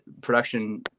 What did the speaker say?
production